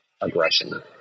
aggression